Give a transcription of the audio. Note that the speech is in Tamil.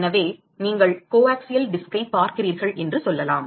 எனவே நீங்கள் கோஆக்சியல் டிஸ்க்கைப் பார்க்கிறீர்கள் என்று சொல்லலாம்